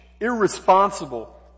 irresponsible